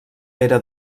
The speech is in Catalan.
pere